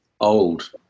old